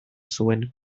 zuen